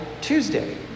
Tuesday